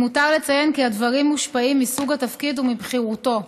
למותר לציין כי הדברים מושפעים מסוג התפקיד ומבכירותו.